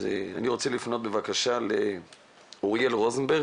אני רוצה לפנות לאריאל רוזנברג,